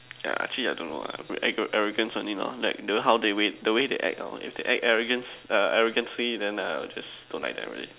yeah actually I don't know lah but act arrogance only lor like the how they wait the way they act out if they act arrogance err arrogantly then I'll just don't like them already